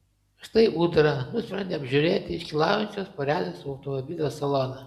štai ūdra nusprendė apžiūrėti iškylaujančios porelės automobilio saloną